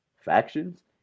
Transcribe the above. factions